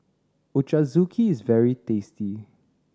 Ochazuke is very tasty